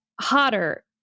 hotter